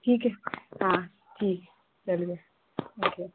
ठीक है हाँ ठीक चलिए ओके